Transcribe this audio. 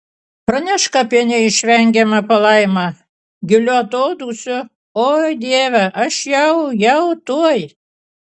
pranešk apie neišvengiamą palaimą giliu atodūsiu o dieve aš jau jau tuoj